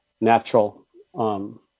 natural